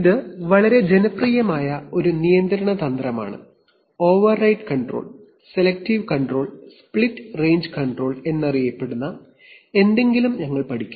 ഇത് വളരെ ജനപ്രിയമായ ഒരു നിയന്ത്രണ തന്ത്രമാണ് override control selective control split range control എന്നറിയപ്പെടുന്ന കൺട്രോൾ രീതികളും നമ്മൾ പഠിക്കും